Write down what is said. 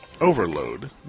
overload